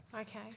okay